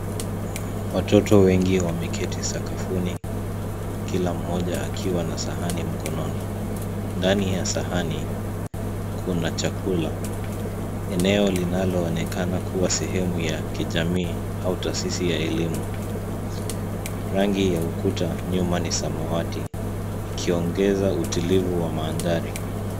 Watoto wengi wameketi sakafuni kila mmoja akiwa na sahani mkononi. Ndani ya sahani kuna chakula. Eneo linaloonekana kuwa sehemu ya kijamii au taasisi ya elimu. Rangi ya ukuta nyuma ni samawati ikiongeza utulivu wa mandhari.